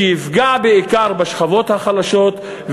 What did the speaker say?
שיפגע בעיקר בשכבות החלשות,